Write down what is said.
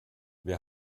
wir